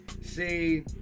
See